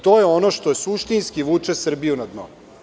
To je ono što suštinski vuče Srbiju na dno.